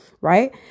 Right